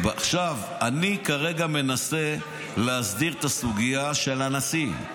אני כרגע מנסה להסדיר את הסוגיה של הנשיא.